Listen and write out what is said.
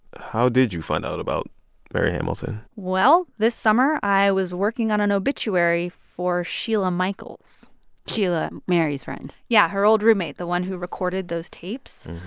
how did you find out about mary hamilton? well, this summer, i was working on an obituary for sheila michaels sheila, mary's friend yeah. her old roommate, the one who recorded those tapes.